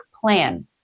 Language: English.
plan